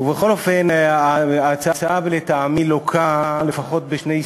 ובכל אופן, ההצעה לטעמי לוקה לפחות בשני סעיפים.